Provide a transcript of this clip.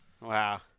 Wow